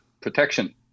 protection